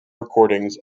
recordings